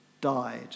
died